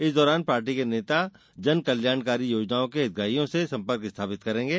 इस दौरान पार्टी के नेता जनकल्याणकारी योजनाओं के हितग्राहियों से संपर्क स्थापित करेंगे